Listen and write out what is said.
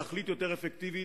ולתכלית יותר אפקטיבית,